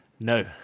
no